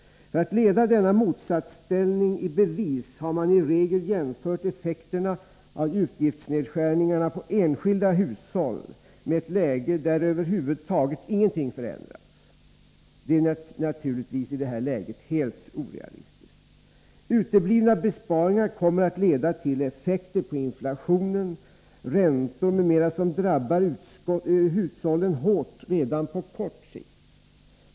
För att leda denna motsatsställning i bevis har man i regel jämfört effekterna av utgiftsnedskärningarna på enskilda hushåll med ett läge där över huvud taget ingenting förändrats. Det är naturligtvis i detta läge helt orealistiskt. Uteblivna besparingar kommer att leda till effekter på inflation, räntor m.m. som drabbar hushållen hårt redan på kort sikt.